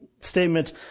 statement